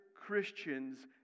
Christians